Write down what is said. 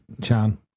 Chan